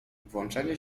włączanie